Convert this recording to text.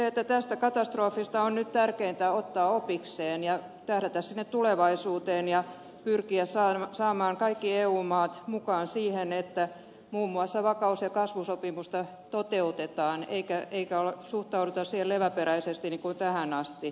mutta tästä katastrofista on nyt tärkeintä ottaa opikseen ja tähdätä tulevaisuuteen ja pyrkiä saamaan kaikki eu maat mukaan siihen että muun muassa vakaus ja kasvusopimusta toteutetaan eikä suhtauduta siihen leväperäisesti niin kuin tähän asti